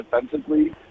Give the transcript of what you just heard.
defensively